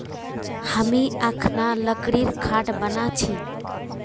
हामी अखना लकड़ीर खाट बना छि